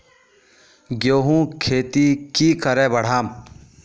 गेंहू खेती की करे बढ़ाम?